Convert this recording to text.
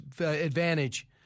advantage